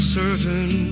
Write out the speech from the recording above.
certain